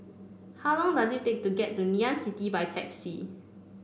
how long does it take to get to Ngee Ann City by taxi